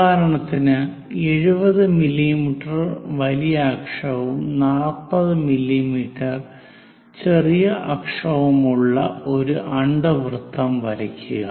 ഉദാഹരണത്തിന് 70 മില്ലീമീറ്റർ വലിയ അക്ഷവും 40 മില്ലീമീറ്റർ ചെറിയ അക്ഷവും ഉള്ള ഒരു അണ്ഡവൃത്തം വരയ്ക്കുക